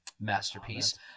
masterpiece